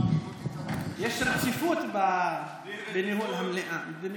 יש רציפות בניהול המליאה.